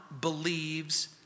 believes